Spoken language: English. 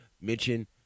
mention